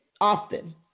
often